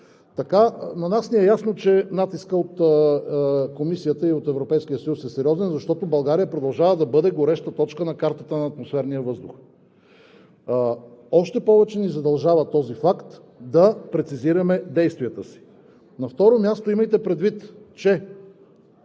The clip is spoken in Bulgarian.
На нас ни е ясно, че натискът от Комисията и от Европейския съюз е сериозен, защото България продължава да бъде гореща точка на картата на атмосферния въздух. Този факт ни задължава още повече да прецизираме действията си. На второ място, имайте предвид, че